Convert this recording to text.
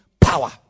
power